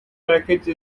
package